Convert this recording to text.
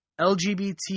LGBT